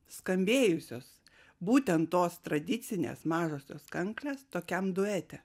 skambėjusios būtent tos tradicinės mažosios kankinės tokiam duete